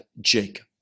Jacob